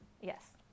Yes